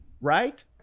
Right